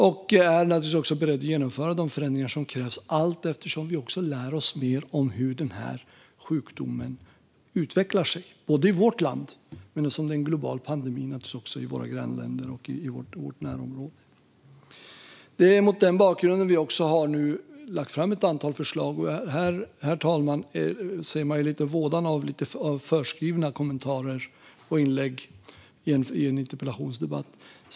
Vi är naturligtvis också beredda att genomföra de förändringar som krävs allteftersom vi lär oss mer om hur den här sjukdomen utvecklar sig i vårt land och - eftersom det är en global pandemi - i våra grannländer och vårt närområde. Det är mot den bakgrunden vi nu har lagt fram ett antal förslag. Här, herr talman, ser man lite vådan av förskrivna kommentarer och inlägg i en interpellationsdebatt.